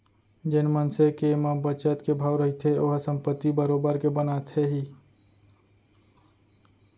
जेन मनसे के म बचत के भाव रहिथे ओहा संपत्ति बरोबर के बनाथे ही